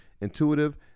intuitive